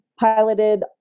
piloted